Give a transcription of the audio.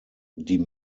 die